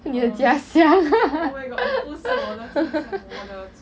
你的家乡